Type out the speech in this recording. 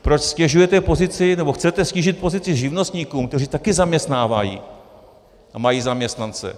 Proč ztěžujete pozici, nebo chcete snížit pozici živnostníkům, kteří také zaměstnávají a mají zaměstnance.